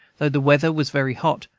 though the weather was very hot,